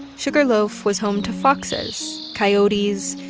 sugarloaf was home to foxes, coyotes,